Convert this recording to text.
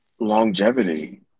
longevity